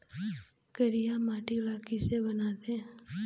करिया माटी ला किसे बनाथे?